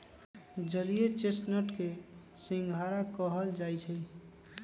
जलीय चेस्टनट के सिंघारा कहल जाई छई